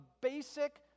basic